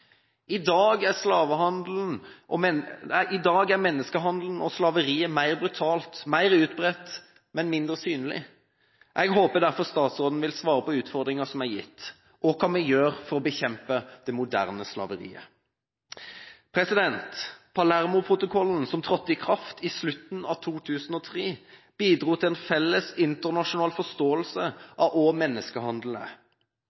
I dag er menneskehandelen og slaveriet mer brutalt og mer utbredt, men mindre synlig. Jeg håper derfor statsråden vil svare på utfordringen som er gitt: Hva kan vi gjøre for å bekjempe det moderne slaveriet? Palermoprotokollen som trådte i kraft i slutten av 2003, bidro til en felles internasjonal